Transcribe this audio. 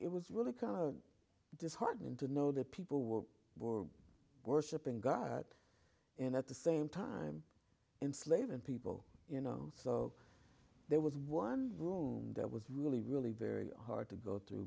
it was really kind of disheartening to know that people were worshipping god and at the same time enslaving people you know so there was one wrong that was really really very hard to go through